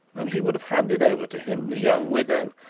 and she would have handed over to him the young widow,